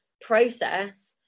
process